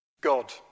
God